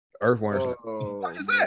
Earthworms